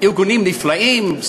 ארגונים נפלאים,